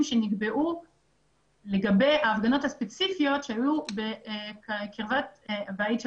שנקבעו לגבי ההפגנות הספציפיות שהיו בקרבת הבית של